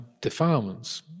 defilements